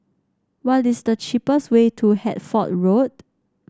what is the cheapest way to Hertford Road